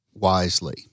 wisely